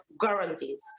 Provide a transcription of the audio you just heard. guarantees